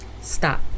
Stop